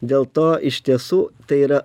dėl to iš tiesų tai yra